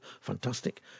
fantastic